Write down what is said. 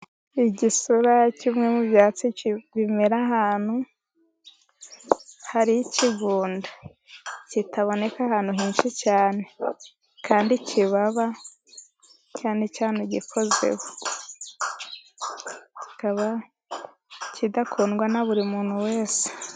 Igisura ni kimwe mu byatsi bimera ahantu hari ikigunda, kitaboneka ahantu henshi cyane kandi kibaba cyane, kikaba kidakundwa na buri muntu wese.